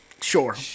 Sure